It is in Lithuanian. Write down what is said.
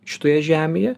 šitoje žemėje